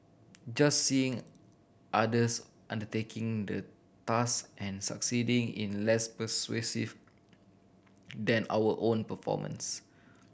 just seeing others undertaking the task and succeeding in less persuasive than our own performance